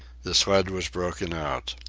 the sled was broken out.